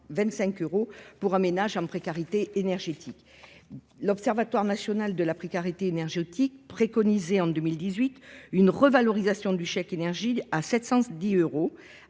925 euros pour un ménage en précarité énergétique. L'Observatoire national de la précarité énergétique préconisait en 2018 une revalorisation du chèque énergie à 710 euros,